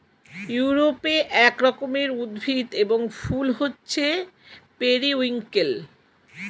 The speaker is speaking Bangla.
ইউরোপে এক রকমের উদ্ভিদ এবং ফুল হচ্ছে পেরিউইঙ্কেল